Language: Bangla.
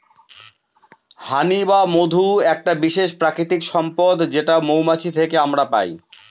হানি বা মধু একটা বিশেষ প্রাকৃতিক সম্পদ যেটা মৌমাছি থেকে আমরা পাই